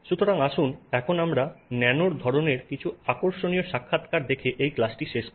সুতরাং আসুন এখন আমরা ন্যানোর ধরণের কিছু আকর্ষণীয় সাক্ষাৎকার দেখে এই ক্লাসটি শেষ করি